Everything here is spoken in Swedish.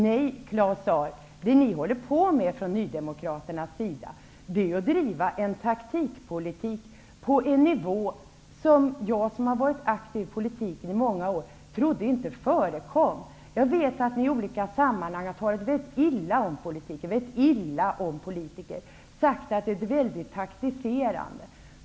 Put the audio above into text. Nej, Claus Zaar, det ni i Ny demokrati håller på med är att driva en taktikpolitik på en nivå som jag som har varit aktiv i politiken i många år inte trodde förekom. Jag vet att ni i olika sammanhang har talat väldigt illa om politiken och om politiker, att ni har sagt att det är ett väldigt taktiserande.